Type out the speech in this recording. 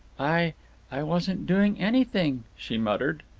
i i wasn't doing anything, she muttered.